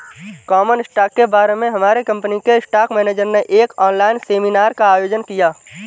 common stock के बारे में हमारे कंपनी के स्टॉक मेनेजर ने एक ऑनलाइन सेमीनार का आयोजन किया